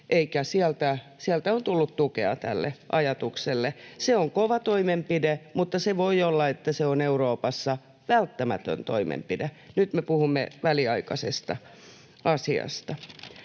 ja sieltä on tullut tukea tälle ajatukselle. Se on kova toimenpide, mutta voi olla, että se on Euroopassa välttämätön toimenpide. Nyt me puhumme väliaikaisesta asiasta.